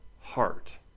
heart